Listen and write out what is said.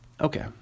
Okay